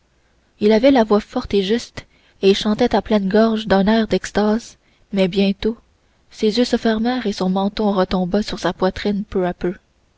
il avait la voix forte et juste et chantait à pleine gorge d'un air d'extase mais bientôt ses yeux se fermèrent et son menton retomba sur sa poitrine peu à peu